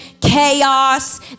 chaos